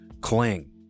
cling